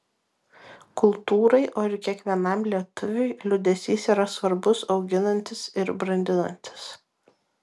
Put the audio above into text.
kultūrai o ir kiekvienam lietuviui liūdesys yra svarbus auginantis ir brandinantis